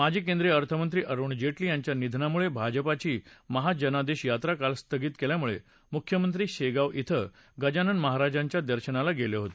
माजी केंद्रीय अर्थमंत्री अरुण जेटली यांच्या निधनामुळे भाजपाची महाजनादेश यात्रा काल स्थगित केल्यानंतर मुख्यमंत्री शेगांव इथं गजनान महाराजांच्या दर्शनाला गेले होते